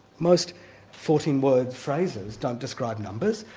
most fourteen word phrases don't describe numbers,